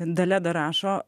dalia dar rašo